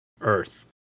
earth